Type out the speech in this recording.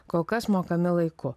kol kas mokami laiku